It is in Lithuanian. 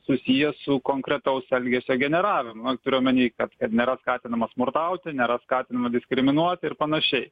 susiję su konkretaus elgesio generavimu turiu omeny kad nėra skatinama smurtauti nėra skatinama diskriminuoti ir panašiai